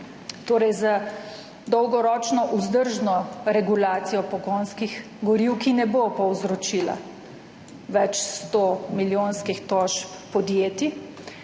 torej z dolgoročno vzdržno regulacijo pogonskih goriv, ki ne bo povzročila več stomilijonskih tožb podjetij,